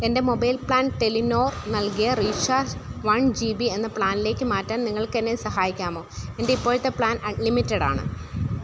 എൻ്റെ mobile plan Telenor നൽകിയ recharge one G B എന്ന പ്ലാനിലേക്ക് മാറ്റാൻ നിങ്ങൾക്ക് എന്നെ സഹായിക്കാമോ എൻ്റെ ഇപ്പോഴത്തെ പ്ലാൻ അൺലിമിറ്റഡ് ആണ്